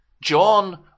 John